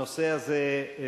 הנושא הזה,